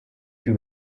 più